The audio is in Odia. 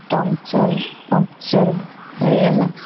ଟମ୍ଫଞ୍ଚଚର୍ ପଙ୍କ୍ଚର୍ ହୋଇଗଲା